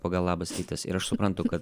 pagal labas rytas ir aš suprantu kad